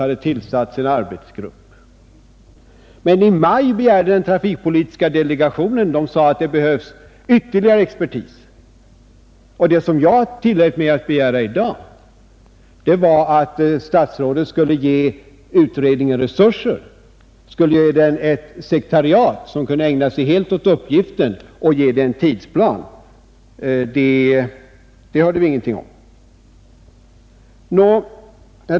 I maj begärde emellertid den trafikpolitiska delegationen ytterligare expertis. Vad jag tillät mig begära i dag var att statsrådet skulle ge utredningen resurser, ett sekretariat som kunde ägna sig helt åt uppdraget och en tidsplan. Om detta hörde vi ingenting.